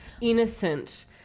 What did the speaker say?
innocent